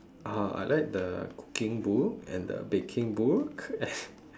uh I like the cooking book and the baking book and